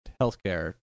healthcare